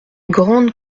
grande